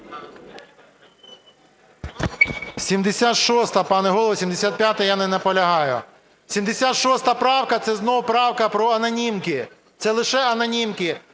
76-а, пане Голово. 75-а – я не наполягаю. 76 правка. Це знову правка про анонімки, це лише анонімки.